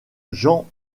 jean